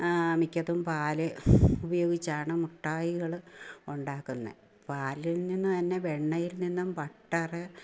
മിക്കതും പാല് ഉപയോഗിച്ചാണ് മുട്ടായികള് ഉണ്ടാക്കുന്നെ പാലിൽ നിന്ന് തന്നെ വെണ്ണയിൽ നിന്നും ബട്ടര്